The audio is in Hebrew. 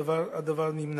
הדבר נמנע.